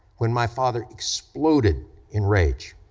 when my father exploded in rage.